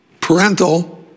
Parental